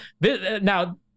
Now